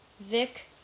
Vic